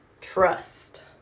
Trust